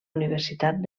universitat